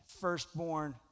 firstborn